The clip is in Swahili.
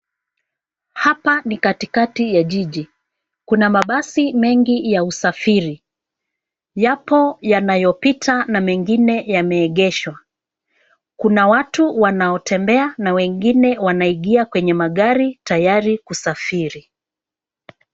Hapa ni katikati ya jiji. Kuna mabasi mengi ya usafiri. Yapo yanayopita na mengine yameegeshwa. Kuna watu wanaotembea na wengine wanaingia kwenye magari tayari kusafiri.